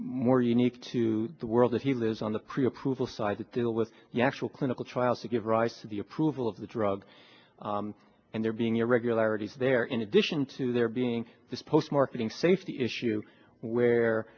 more unique to the world that he lives on the pre approval side to deal with the actual clinical trials to give rise to the approval of the drug and there being irregularities there in addition to there being this post marketing safety issue where